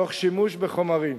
תוך שימוש בחומרים